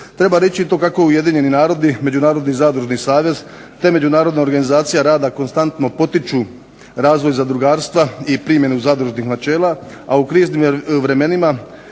Treba reći i to kako Ujedinjeni narodi, Međunarodni zadružni savez te Međunarodna organizacija rada konstantno potiču razvoj zadrugarstva i primjenu zadružnih načela, a u kriznim vremenima